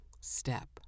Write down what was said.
step